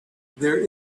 there